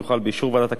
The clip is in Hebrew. באישור ועדת הכלכלה,